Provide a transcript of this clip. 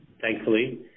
thankfully